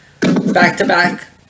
back-to-back